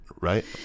right